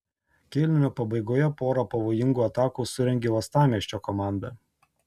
kėlinio pabaigoje porą pavojingų atakų surengė uostamiesčio komanda